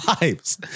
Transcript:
lives